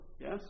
Yes